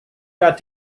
got